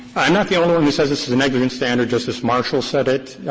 i'm not the only one who says this is a negligence standard. justice marshall said it,